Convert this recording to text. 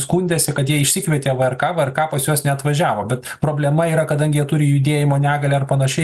skundėsi kad jie išsikvietė vrk vrk pas juos neatvažiavo bet problema yra kadangi jie turi judėjimo negalią ar panašiai